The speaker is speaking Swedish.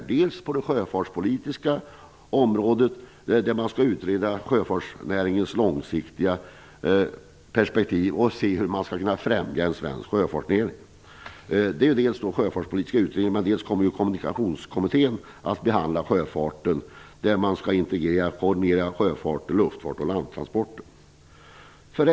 Det är först och främst den sjöfartspolitiska utredningen, som skall utreda sjöfartsnäringens långsiktiga perspektiv och se hur man skall kunna främja den svenska sjöfartsnäringen. Dessutom kommer kommunikationskommittén att behandla sjöfarten, hur man kan integrera och koordinera sjöfart, luftfart och landtransporter.